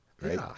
right